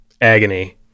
agony